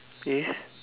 if